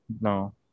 No